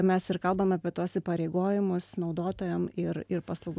mes ir kalbam apie tuos įpareigojimus naudotojam ir ir paslaugų